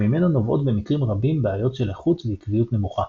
שממנו נובעות במקרים רבים בעיות של איכות ועקביות נמוכה.